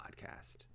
podcast